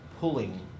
Pulling